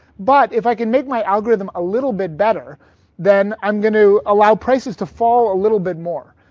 but if i can make my algorithm a little bit better then i'm going to allow prices to fall a little bit more.